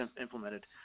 implemented